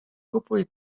kupuj